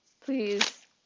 please